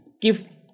give